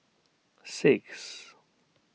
six